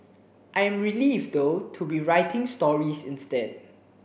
I am relieved though to be writing stories instead